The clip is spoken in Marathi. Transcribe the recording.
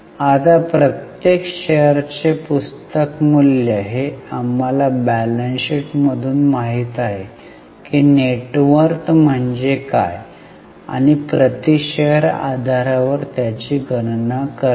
आता प्रत्येक शेअर्सचे पुस्तक मूल्य हे आम्हाला बॅलन्स शीट मधून माहित आहे की नेट वर्थ म्हणजे काय आणि प्रति शेअर आधारावर त्याची गणना करणे